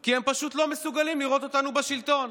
כי הם לא מסוגלים לראות אותנו בשלטון,